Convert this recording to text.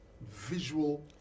visual